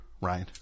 right